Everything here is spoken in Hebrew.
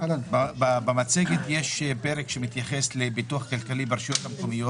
במצגת יש פרק שמתייחס לפיתוח כלכלי ברשויות המקומיות